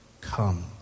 Come